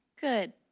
Good